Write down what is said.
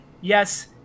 yes